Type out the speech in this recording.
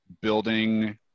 building